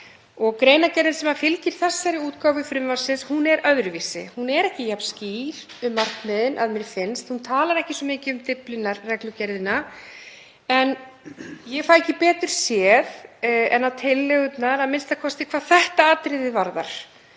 Greinargerðin sem fylgir þessari útgáfu frumvarpsins er öðruvísi. Hún er ekki jafn skýr um markmiðin, að mér finnst, hún talar ekki svo mikið um Dyflinnarreglugerðina en ég fæ ekki betur séð en að tillögurnar, a.m.k. hvað þetta atriði varðar,